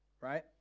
Right